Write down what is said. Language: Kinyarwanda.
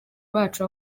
bacu